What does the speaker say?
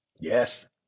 Yes